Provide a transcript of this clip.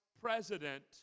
president